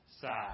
side